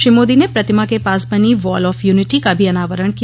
श्री मोदी ने प्रतिमा के पास बनी वॉल ऑफ यूनिटी का भी अनावरण किया